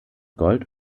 gold